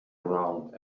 around